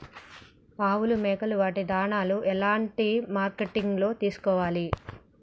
ఆవులు మేకలు వాటి దాణాలు ఎలాంటి మార్కెటింగ్ లో తీసుకోవాలి?